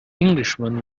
englishman